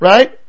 Right